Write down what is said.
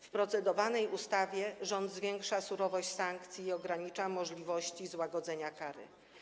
W procedowanej ustawie rząd zwiększa surowość sankcji i ogranicza możliwości złagodzenia kary.